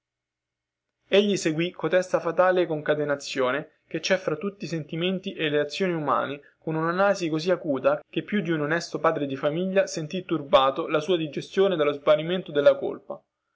egli seguì cotesta fatale concatenazione che cè fra tutti i sentimenti e le azioni umane con una analisi così acuta che più di un onesto padre di famiglia sentì turbata la sua digestione dallo smarrimento della colpa